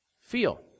feel